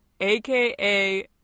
aka